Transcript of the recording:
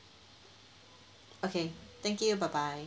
okay thank you bye bye